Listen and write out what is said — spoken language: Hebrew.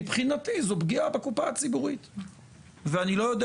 מבחינתי זו פגיעה בקופה הציבורית ואני לא יודע